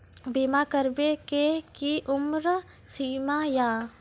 बीमा करबे के कि उम्र सीमा या?